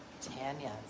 Tanya